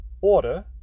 order